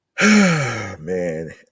Man